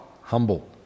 humble